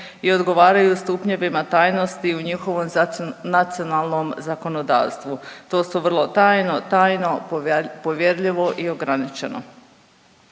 i odgovaraju stupnjevima tajnosti u njihovom nacionalnom zakonodavstvu. To su vrlo tajno, tajno, povjerljivo i ograničeno.